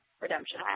Redemption